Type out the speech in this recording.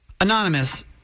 Anonymous